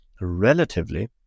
relatively